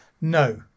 no